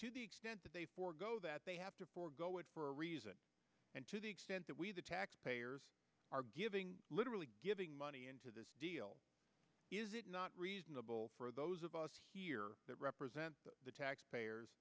to the extent that they forego that they have to forego it for a reason and to the extent that we the taxpayers are giving literally giving money into this deal is it not reasonable for those of us here that represent the taxpayers